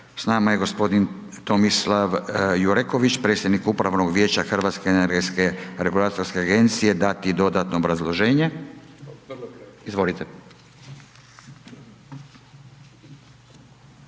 s nama je gospodin Tomislav Jureković, predsjednik Upravnog vijeća Hrvatske energetske regulatorne agencije dati dodatno obrazloženje? Izvolite.